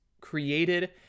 created